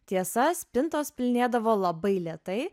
tiesa spintos pilnėdavo labai lėtai